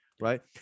right